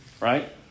right